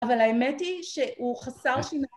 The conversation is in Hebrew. אבל האמת היא שהוא חסר שיניים